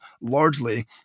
largely